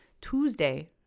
Tuesday